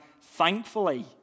thankfully